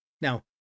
Now